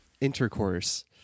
intercourse